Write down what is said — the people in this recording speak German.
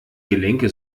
gelenke